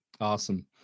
Awesome